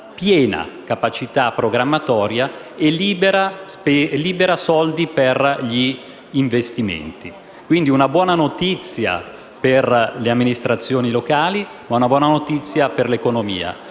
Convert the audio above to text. piena capacità programmatoria e libera soldi per gli investimenti. Quindi, è una buona notizia per le amministrazioni locali e per l'economia,